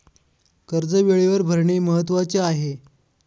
कर्ज वेळेवर भरणे महत्वाचे आहे